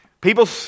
People